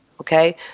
okay